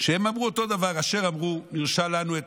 שהם אמרו אותו הדבר: "אשר אמרו נירשה לנו את